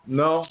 no